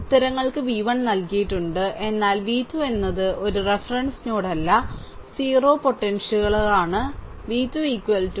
ഉത്തരങ്ങൾക്ക് v1 നൽകിയിട്ടുണ്ട് എന്നാൽ v2 എന്നത് ഒരു റഫറൻസ് നോഡല്ല 0 സാധ്യതകൾ v2 72